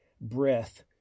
breath